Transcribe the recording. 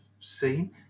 seen